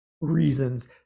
reasons